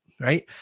Right